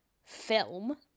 film